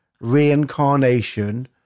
reincarnation